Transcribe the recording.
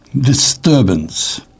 Disturbance